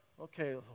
okay